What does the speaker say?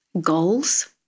goals